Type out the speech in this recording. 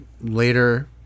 later